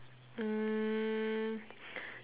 mm